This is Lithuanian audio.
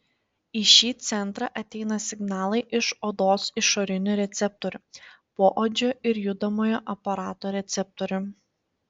į šį centrą ateina signalai iš odos išorinių receptorių poodžio ir judamojo aparato receptorių